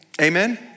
Amen